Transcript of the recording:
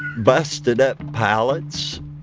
busted up pallets,